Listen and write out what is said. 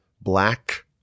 black